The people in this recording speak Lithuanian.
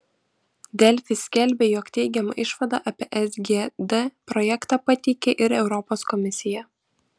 delfi skelbė jog teigiamą išvadą apie sgd projektą pateikė ir europos komisija